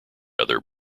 other